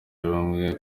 y’ubumwe